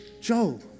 Joel